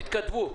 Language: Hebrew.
תתכתבו.